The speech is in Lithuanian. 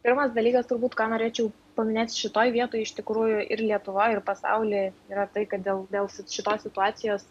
pirmas dalykas turbūt ką norėčiau paminėti šitoj vietoj iš tikrųjų ir lietuvoj ir pasauly yra tai kad dėl dėl šitos situacijos